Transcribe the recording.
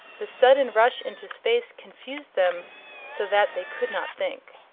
the sudden rush into space confused them so that they could not think.